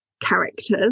characters